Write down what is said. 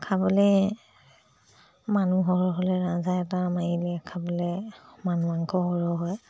খাবলৈ মানুহৰ হ'লে ৰাজহাঁহ এটা মাৰিলে খাবলৈ মানে মাংস সৰহ হয়